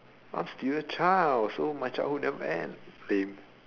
I'm still a child so my childhood never end lame